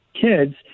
kids